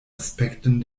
aspekten